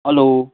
hello